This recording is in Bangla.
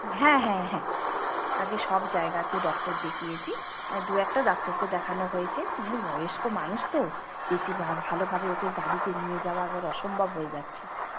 হ্যাঁ হ্যাঁ হ্যাঁ আগে সব জায়গাতে ডক্টর দেখিয়েছি দু একটা ডাক্তারকে দেখানো হয়েছে এমনি বয়স্ক মানুষ তো বেশি ভালোভাবে ওকে গাড়িতে নিয়ে যাওয়া একবারে অসম্ভব হয়ে যাচ্ছে